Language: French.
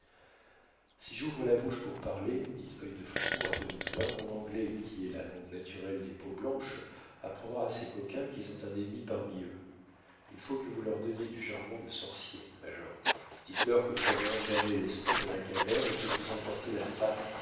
si j'ouvre la bouche pour parler dit œil de faucon à demi-voix mon anglais qui est la langue naturelle des peauxblanches apprendra à ces coquins qu'ils ont un ennemi parmi eux il faut que vous leur donniez du jargon de sorcier major dites-leur que vous avez enfermé l'esprit dans la caverne et que vous emportez la femme